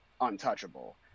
untouchable